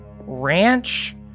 Ranch